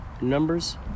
Numbers